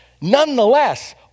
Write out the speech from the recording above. Nonetheless